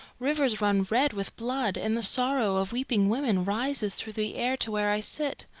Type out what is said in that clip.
rivers run red with blood, and the sorrow of weeping women rises through the air to where i sit.